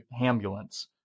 ambulance